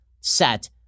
set